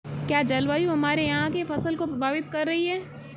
क्या जलवायु हमारे यहाँ की फसल को प्रभावित कर रही है?